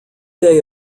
day